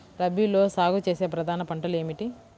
రబీలో సాగు చేసే ప్రధాన పంటలు ఏమిటి?